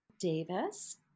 Davis